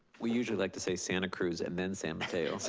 we usually like to say santa cruz and then san mateo.